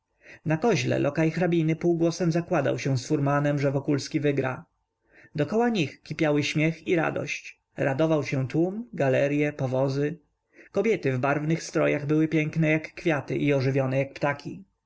na koźle lokaj hrabiny półgłosem zakładał się z furmanem że wokulski wygra dokoła nich kipiały śmiech i radość radował się tłum galerye powozy kobiety w barwnych strojach były piękne jak kwiaty i ożywione jak ptaki